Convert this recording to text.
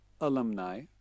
alumni